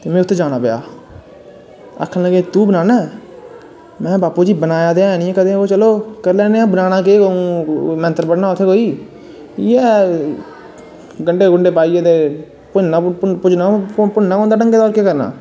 उनें उत्थें जाना पेआ आक्खन लगे तूं बनाना महां बापू जी कदैं बनाया ते नी ऐ वा करी सैनिन् आं करना केह् कदूंम मैंत्तर पढ़नां ऐ इयै गंढे गुंढ् पाईयै भुन्ना पौंदा ढंगे दा होर केह् करना